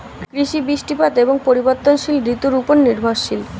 কৃষি বৃষ্টিপাত এবং পরিবর্তনশীল ঋতুর উপর নির্ভরশীল